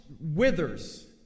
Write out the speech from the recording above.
withers